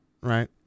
right